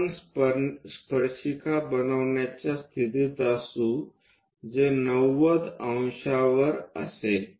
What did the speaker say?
आपण स्पर्शिका बनवण्याच्या स्थितीत असू जे 90 ° वर असेल